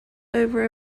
over